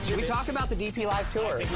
should we talk about the dp live tour?